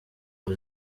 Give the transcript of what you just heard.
ngo